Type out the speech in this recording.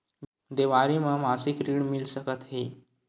देवारी म मासिक ऋण मिल सकत हे?